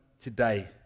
today